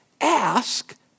Ask